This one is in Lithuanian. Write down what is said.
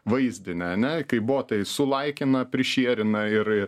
vaizdinį ane kaip botai sulaikina prišierina ir ir